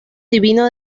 divino